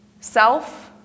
self